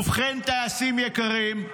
ובכן, טייסים יקרים,